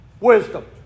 Wisdom